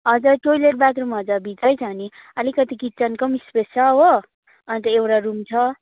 हजुर toilet bathroom हजुर भित्रै छ नि अलिकति किचनको पनि स्पेस छ हो अन्त एउटा रुम छ